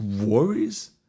worries